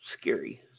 scary